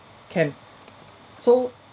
can so